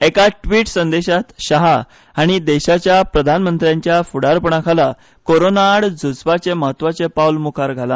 एका ट्वीट संदेशांत शाह हांणी देशाच्या प्रधानमंत्र्याच्या फुडारपणा खाला कोरोना आड झुजपाचे म्हत्वाचें पावल मुखार घाला